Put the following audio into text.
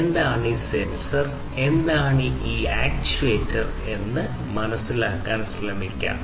എന്താണ് ഈ സെൻസർ എന്താണ് ഈ ആക്യുവേറ്റർ എന്ന് മനസ്സിലാക്കാൻ ശ്രമിക്കാം